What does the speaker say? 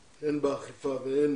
הן באכיפה והן